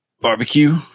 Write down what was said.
barbecue